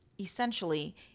essentially